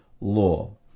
law